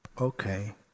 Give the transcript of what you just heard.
Okay